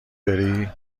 بری